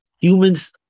humans